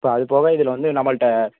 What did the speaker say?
இப்போ அது போக இது வந்து நம்மகிட்ட